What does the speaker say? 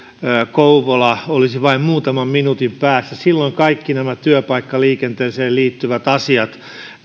kouvola olisivat vain muutaman minuutin päässä silloin kaikki nämä työpaikkaliikenteeseen liittyvät asiat